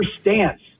stance